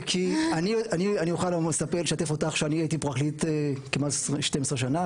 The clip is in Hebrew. אני יכול לשתף אותך שאני הייתי פרקליט כמעט 12 שנה,